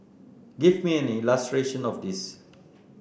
give me an illustration of this